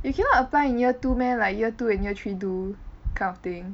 you cannot apply in year two meh like year two and year three do kind of thing